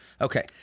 Okay